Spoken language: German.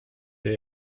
der